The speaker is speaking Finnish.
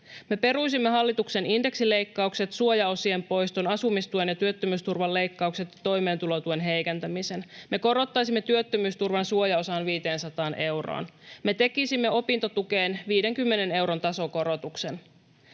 peruisimme hallituksen indeksileikkaukset, suojaosien poiston, asumistuen ja työttömyysturvan leikkaukset ja toimeentulotuen heikentämisen. Me korottaisimme työttömyysturvan suojaosan 500 euroon. Me tekisimme opintotukeen 50 euron tasokorotuksen.